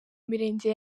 mirenge